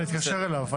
אני מתקשר אליו.